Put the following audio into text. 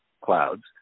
clouds